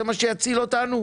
זה מה שיציל אותנו?